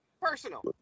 personal